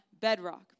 bedrock